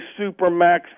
Supermax